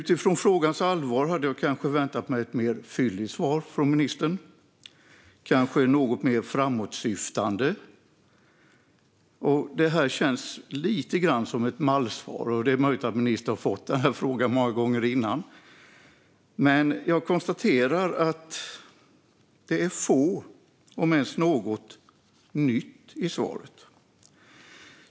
Utifrån frågans allvar hade jag kanske väntat mig ett mer fylligt och framåtsyftande svar från minister. Det här känns lite grann som ett mallsvar, och det är möjligt att ministern har fått den här frågan många gånger förut. Men jag konstaterar att det bara är lite, om ens något, som är nytt i svaret.